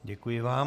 Děkuji vám.